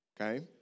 Okay